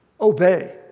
obey